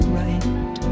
right